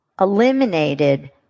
eliminated